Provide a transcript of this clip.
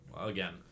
again